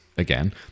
again